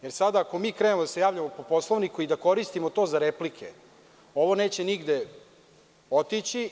Jer, ako mi sada krenemo da se javljamo po Poslovniku i da koristimo to za replike, ovo neće nigde otići.